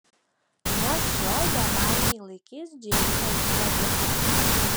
nuo šiol bebaimiai laikys džeimsą išdaviku